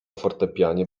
fortepianie